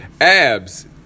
Abs